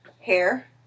Hair